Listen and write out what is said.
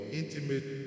intimate